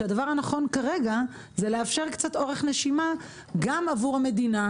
שהדבר הנכון כרגע זה לאפשר קצת אורך נשימה גם עבור המדינה,